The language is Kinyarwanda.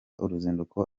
uruzinduko